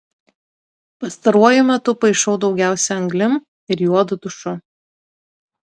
pastaruoju metu paišau daugiausia anglim ir juodu tušu